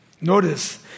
Notice